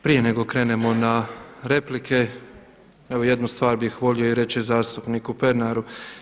Prije nego krenemo na replike, evo jednu stvar bih volio reći zastupniku Pernaru.